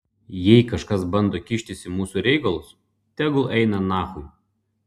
jei kažkas bando kištis į mūsų reikalus tegul eina nachui